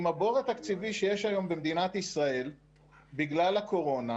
עם הבור התקציבי שיש היום במדינת ישראל בגלל הקורונה,